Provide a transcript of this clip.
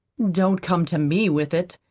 don't come to me with it.